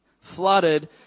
flooded